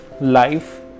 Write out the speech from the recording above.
life